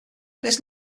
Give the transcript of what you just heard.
this